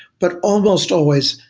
but almost always,